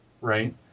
right